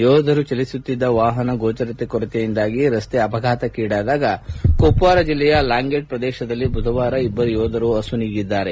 ಯೋಧರು ಚಲಿಸುತ್ತಿದ್ದ ವಾಹನ ಗೋಚರತೆ ಕೊರತೆಯಿಂದಾಗಿ ರಸ್ತೆ ಅಪಘಾತಕ್ಕೀಡಾದಾಗ ಕುಪ್ವಾರ ಜಿಲ್ಲೆಯ ಲಾಂಗೆಟ್ ಪ್ರದೇಶದಲ್ಲಿ ಬುಧವಾರ ಇಬ್ಬರು ಯೋಧರು ಅಸುನೀಗಿದ್ದಾರೆ